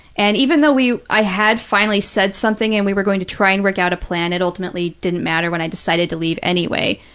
and even though i had finally said something and we were going to try and work out a plan, it ultimately didn't matter when i decided to leave anyway.